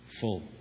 full